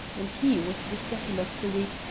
and he was the second of the week,